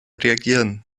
reagieren